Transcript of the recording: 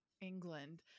England